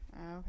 okay